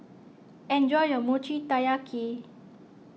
enjoy your Mochi Taiyaki